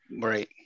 Right